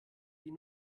den